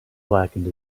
blackened